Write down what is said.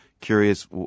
curious